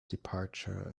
departure